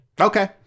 Okay